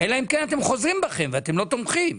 אלא אם כן אתם חוזרים בכם ואתם לא תומכים.